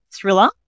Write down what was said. thriller